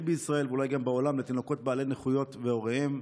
בישראל ואולי גם בעולם לתינוקות בעלי נכויות והוריהם.